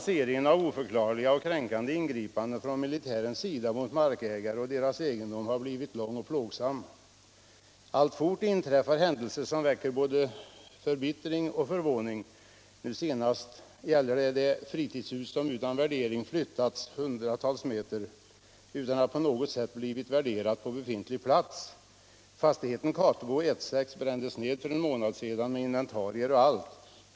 Serien av oförklarliga och kränkande ingripanden från militärens sida mot markägare och deras egendom har blivit lång och plågsam. Alltfort inträffar händelser som väcker både förbittring och förvåning. Nu senast gäller det ett fritidshus som flyttats hundratals meter utan att ha blivit värderat på befintlig plats. Fastigheten Katebo 1:6 brändes ned för en månad sedan med inventarier och allt.